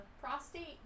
prostate